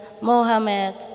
Mohammed